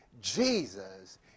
Jesus